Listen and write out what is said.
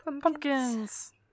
Pumpkins